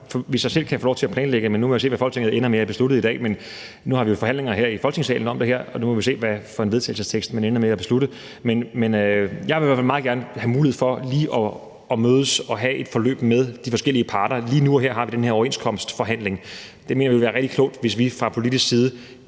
i medierne i løbet af dagen. Nu må vi se, hvad Folketinget ender med at beslutte i dag, men nu har vi jo forhandlinger i Folketingssalen, og nu må vi se, hvad for en vedtagelsestekst, man ender med at beslutte sig for, men jeg vil i hvert fald meget gerne have mulighed for lige at mødes og have et forløb med de forskellige parter. Lige nu og her har vi den her overenskomstforhandling, og jeg mener, det vil være rigtig klogt, hvis vi fra politisk side